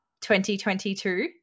2022